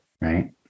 right